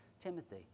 Timothy